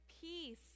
peace